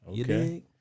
Okay